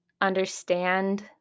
understand